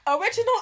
Original